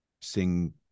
sing